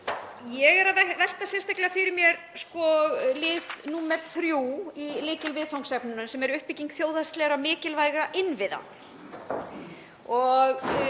ég er að velta sérstaklega fyrir mér lið 3 í lykilviðfangsefnunum sem er uppbygging þjóðhagslegra mikilvægra innviða. Þar